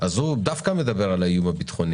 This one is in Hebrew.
דווקא על האיום הביטחוני.